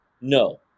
no